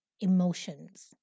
emotions